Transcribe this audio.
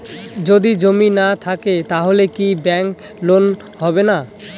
যদি জমি না থাকে তাহলে কি ব্যাংক লোন হবে না?